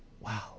Wow